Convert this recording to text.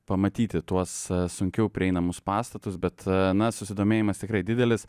pamatyti tuos sunkiau prieinamus pastatus bet na susidomėjimas tikrai didelis